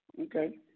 Okay